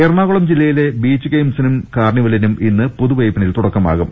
എറണാകുളം ജില്ലയിലെ ബീച്ച് ഗെയിംസിനും കാർണിവലിനും ഇന്ന് പുതുവൈപ്പിനിൽ തുടക്കമാകും